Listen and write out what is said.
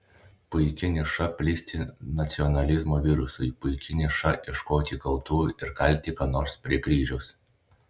puiki niša plisti nacionalizmo virusui puiki niša ieškoti kaltų ir kalti ką nors prie kryžiaus